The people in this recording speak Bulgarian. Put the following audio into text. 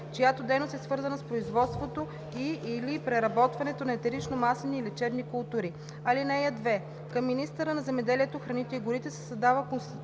чиято дейност е свързана с производството и/или преработването на етеричномаслени и лечебни култури. (2) Към министъра на земеделието, храните и горите се създава Консултативен